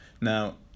Now